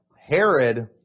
Herod